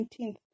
19th